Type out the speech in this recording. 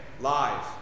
lies